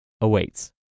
awaits